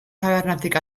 tabernatik